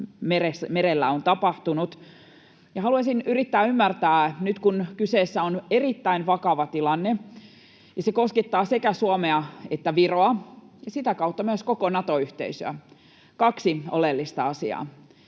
merellä on tapahtunut. Haluaisin yrittää ymmärtää kaksi oleellista asiaa, nyt kun kyseessä on erittäin vakava tilanne ja se koskettaa sekä Suomea että Viroa ja sitä kautta myös koko Nato-yhteisöä. Ensinnäkin, onko